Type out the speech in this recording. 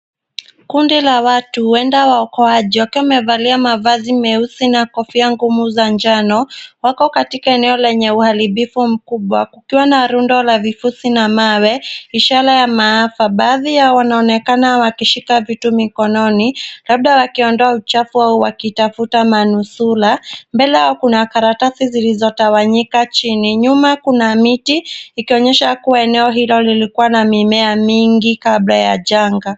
Kundi la watu, huenda waokoaji, wakiwa wamevalia mavazi meusi na kofia ngumu za njano, wako katika eneo lenye uharibifu mkubwa kukiwa na rundo la vikosi na mawe ishara ya maafa. Baadhi ya wanaonekana wakishika vitu mikononi, labda wakiondoa uchafu wao wakitafuta manusura. Mbele yao kuna karatasi zilizotawanyika chini. Nyuma kuna miti ikionyesha kuwa eneo hilo lilikuwa na mimea mingi kabla ya janga.